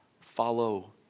follow